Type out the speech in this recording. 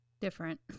different